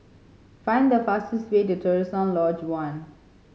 find the fastest way to Terusan Lodge One